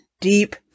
deep